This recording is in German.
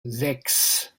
sechs